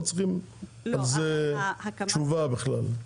לא צריכים על זה תשובה בכלל,